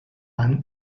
one